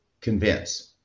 convince